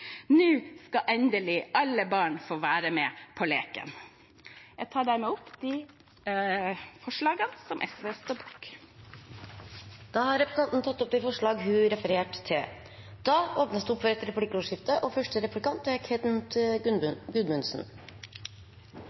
Nå skal endelig alle barn få være med på leken. Jeg tar med det opp forslagene fra SV. Representanten Mona Fagerås har tatt opp de forslagene hun refererte til.